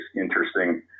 interesting